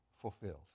fulfilled